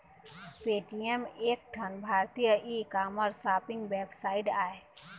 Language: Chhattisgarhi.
पेटीएम एक ठन भारतीय ई कामर्स सॉपिंग वेबसाइट आय